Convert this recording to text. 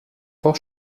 vor